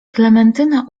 klementyna